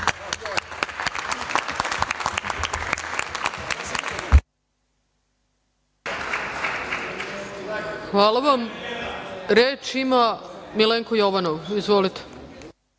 Hvala vam. Reč ima Milenko Jovanov. Izvolite.